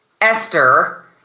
Esther